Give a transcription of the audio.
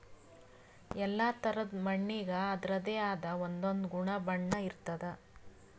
ಎಲ್ಲಾ ಥರಾದ್ ಮಣ್ಣಿಗ್ ಅದರದೇ ಆದ್ ಒಂದೊಂದ್ ಗುಣ ಬಣ್ಣ ಇರ್ತದ್